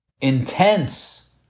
Intense